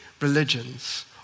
religions